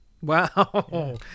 Wow